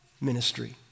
ministry